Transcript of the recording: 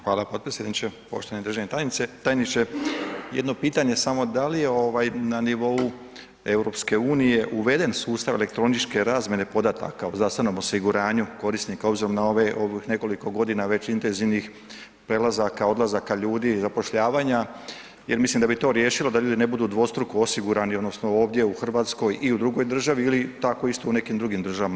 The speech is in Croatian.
Hvala potpredsjedniče, poštovani državni tajniče, jedno pitanje, samo, da li je ovaj na nivou EU uveden sustav elektroničke razmjene podataka o zdravstvenom osiguranju korisnika obzirom na ovih nekoliko godina već intenzivnih prelazaka, odlazaka ljudi i zapošljavanja, jer mislim da bi to riješilo da ljudi ne budu dvostruko osigurani, odnosno, ovdje u Hrvatskoj i u drugoj državi ili tako isto u nekim drugim državama.